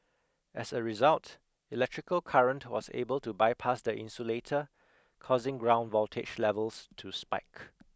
as a result electrical current was able to bypass the insulator causing ground voltage levels to spike